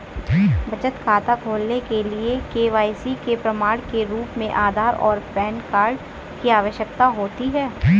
बचत खाता खोलने के लिए के.वाई.सी के प्रमाण के रूप में आधार और पैन कार्ड की आवश्यकता होती है